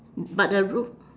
but the roof